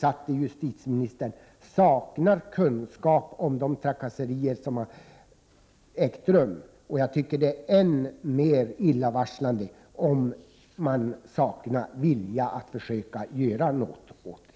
Det har kommit många samtal från människor som har drabbats. Jag tycker att det är än mer illavarslande om man saknar vilja att försöka göra något åt det.